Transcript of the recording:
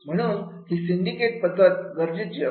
म्हणून हि सिंडिकेट पद्धत गरजेची असते